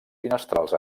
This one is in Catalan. finestrals